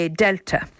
delta